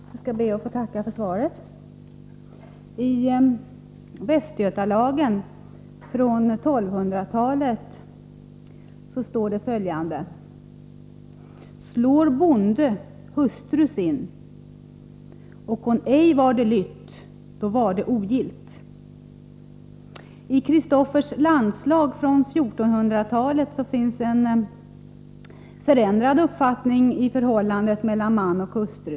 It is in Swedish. Herr talman! Jag ber att få tacka för svaret. I Västgötalagen från 1200-talet står följande: ”Slår bonde hustru sin, och hon ej varde lytt då varde ogillt.” I Kristoffers landslag från 1400-talet finns en förändrad uppfattning om förhållandet mellan man och hustru.